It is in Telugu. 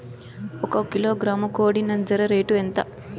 ఒక కిలోగ్రాము కోడి నంజర రేటు ఎంత?